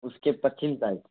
اس کے پچھم سائڈ